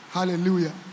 Hallelujah